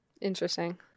Interesting